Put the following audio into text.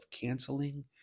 canceling